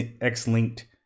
X-linked